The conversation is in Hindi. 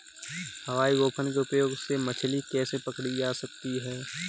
हवाई गोफन के उपयोग से मछली कैसे पकड़ी जा सकती है?